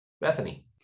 Bethany